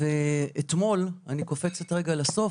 ואתמול, אני קופצת רגע לסוף,